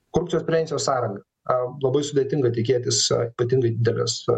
korupcijos prevencijos sąranga labai sudėtinga tikėtis ypatingai didelės